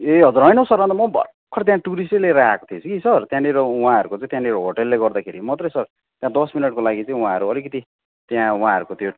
ए हजुर होइन सर अन्त म भर्खर त्यहाँ टुरिस्टै लिएर आएको थिएँ कि सर त्यहाँनिर उहाँहरूको चाहिँ त्यहाँनिर होटेलले गर्दाखेरि मात्रै सर त्यहाँ दस मिनेटको लागि चाहिँ उहाँहरू अलिकति त्यहाँ उहाँहरूको त्यो